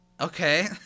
Okay